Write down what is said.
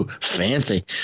Fancy